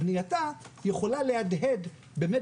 בנייתה של האוניברסיטה יכולה להדהד באמת